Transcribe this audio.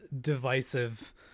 divisive